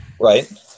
Right